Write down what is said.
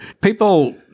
People